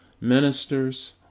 ministers